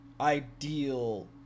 ideal